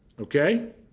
Okay